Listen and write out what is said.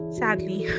sadly